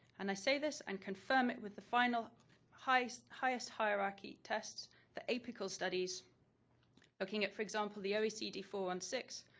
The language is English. and i say this and confirm it with a final highest highest hierarchy tests the apical studies looking at for example, the o e c d four one six,